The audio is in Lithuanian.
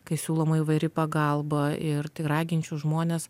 kai siūloma įvairi pagalba ir tik raginčiau žmones